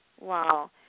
Wow